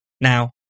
Now